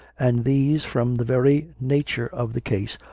and these, from the very nature of the case,